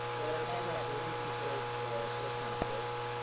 whether talking about business mistakes or personal mistakes,